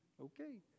okay